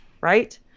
right